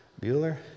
Bueller